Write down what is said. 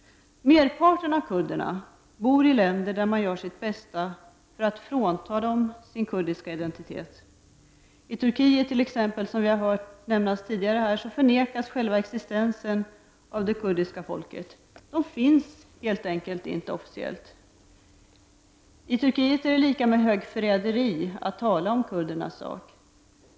Merparten av kurderna bor i länder där man gör sitt bästa för att frånta dem deras kurdiska identitet. I t.ex. Turkiet, som vi har hört nämnas tidigare, förnekas själva existensen av det kurdiska folket — kurderna finns helt enkelt inte officiellt sett. I Turkiet är det lika med högförräderi att tala om kurdernas sak.